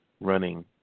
running